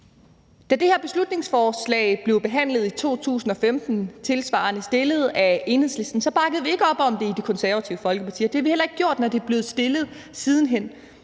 Da det her beslutningsforslag blev behandlet i 2015, tilsvarende fremsat af Enhedslisten, bakkede vi ikke op om det i Det Konservative Folkeparti, og det gjorde vi heller ikke, da det blev fremsat siden hen.